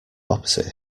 opposite